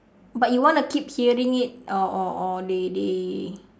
but you wanna keep hearing it or or or they they